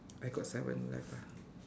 I got seven left lah